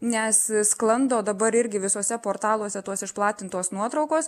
nes sklando dabar irgi visuose portaluose tos išplatintos nuotraukos